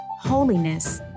holiness